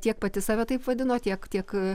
tiek pati save taip vadino tiek kiek